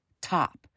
top